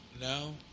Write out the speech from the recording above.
No